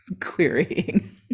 querying